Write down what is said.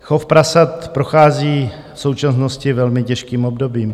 Chov prasat prochází v současnosti velmi těžkým obdobím.